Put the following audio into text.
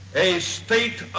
a state